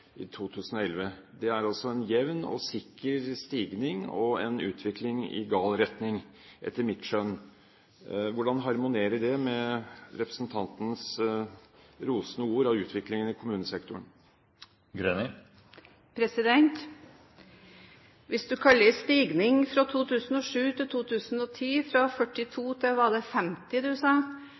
i 2011. Det er en jevn og sikker stigning, og en utvikling i gal retning, etter mitt skjønn. Hvordan harmonerer det med representantens rosende ord om utviklingen i kommunesektoren? Hvis du kaller stigningen fra 2007 til 2010 fra 42 til 50, var det vel du sa,